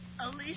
Alicia